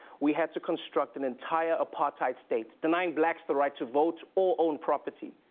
we had to construct an entire apartheid state, denying blacks the right to vote or own property.